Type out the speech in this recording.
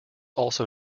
also